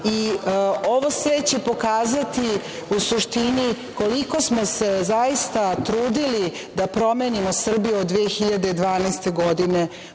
i ovo sve će pokazati u suštini koliko smo se zaista trudili da promenimo Srbiju od 2012. godine